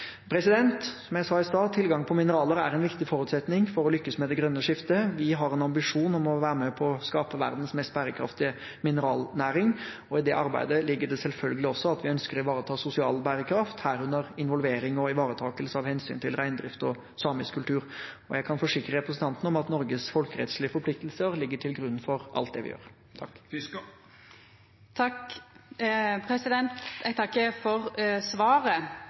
Som jeg sa i sted, er tilgangen på mineraler en viktig forutsetning for å lykkes med det grønne skiftet. Vi har en ambisjon om å være med på å skape verdens mest bærekraftige mineralnæring. I det arbeidet ligger det selvfølgelig også at vi ønsker å ivareta sosial bærekraft, herunder involvering og ivaretakelse av hensyn til reindrift og samisk kultur. Jeg kan forsikre representanten om at Norges folkerettslige forpliktelser ligger til grunn for alt det vi gjør.